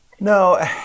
No